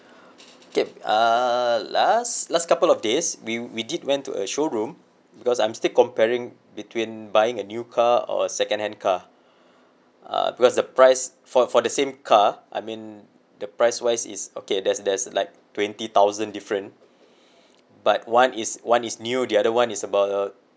okay uh last last couple of days we we did went to a showroom because I'm still comparing between buying a new car or a second hand car uh because the price for for the same car I mean the price wise it's okay there's there's like twenty thousand different but one is one is new the other one is about uh